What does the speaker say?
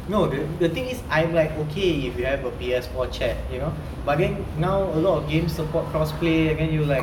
no the the thing is I'm like okay if you have a P_S four chat you know but then now a lot of games support cross play and then you like